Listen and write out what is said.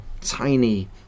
tiny